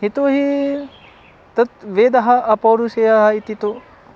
यतोहि तत् वेदः अपौरुषेयः इति तु